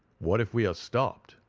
what if we are stopped,